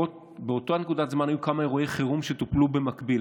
באותה נקודת זמן היו כמה אירועי חירום שטופלו במקביל,